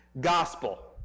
gospel